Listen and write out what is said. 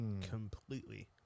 Completely